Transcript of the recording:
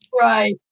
Right